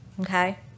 okay